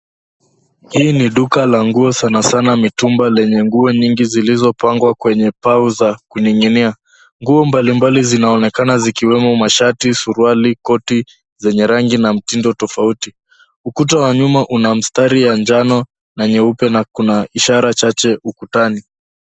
Hii ni duka la nguo sana sana mitumba lenye nguo nyingi zilizo pangwa kwenye mbao za kuning'inia. Nguo mbali mbali zinaonekana zikiwemo mashati, suruali, koti zenye rangi na mtindo tofauti. Ukuta wa nyuma una mstari wa njano na nyeupe na kuna ishara chache ukutani.